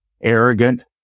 arrogant